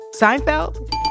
Seinfeld